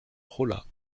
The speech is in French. rollat